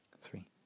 three